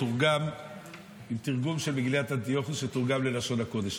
עם תרגום של מגילת אנטיוכוס שתורגם ללשון הקודש.